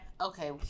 Okay